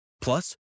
Plus